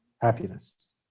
happiness